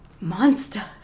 monster